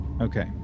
Okay